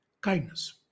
kindness